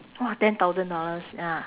!wah! ten thousand dollars ya